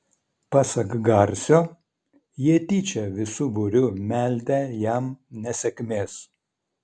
pasak garsio jie tyčia visu būriu meldę jam nesėkmės